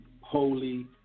holy